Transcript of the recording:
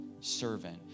servant